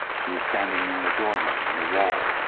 she was standing near a doorway in the wall,